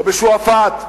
לא בשועפאט,